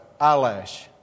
eyelash